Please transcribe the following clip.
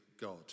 God